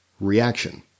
Reaction